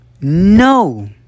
No